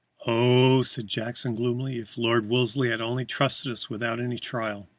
oh, said jackson, gloomily, if lord wolseley had only trusted us without any trial!